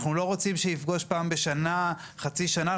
אנחנו לא רוצים שיפגוש פעם בשנה, חצי שנה.